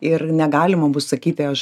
ir negalima bus sakyti aš